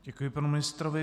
Děkuji panu ministrovi.